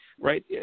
right